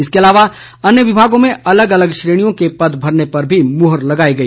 इसके अलावा अन्य विभागों में अलग अलग श्रेणियों के पद भरने पर भी मुहर लगाई गई